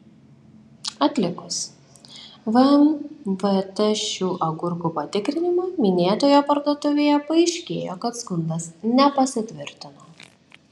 atlikus vmvt šių agurkų patikrinimą minėtoje parduotuvėje paaiškėjo kad skundas nepasitvirtino